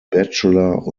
bachelor